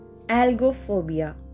Algophobia